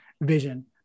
vision